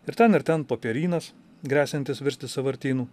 ir ten ir ten popierynas gresiantis virsti sąvartynu